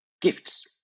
gifts